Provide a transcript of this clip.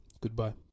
Goodbye